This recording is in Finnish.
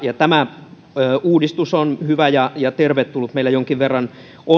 tämä uudistus on hyvä ja ja tervetullut meillä on jonkin verran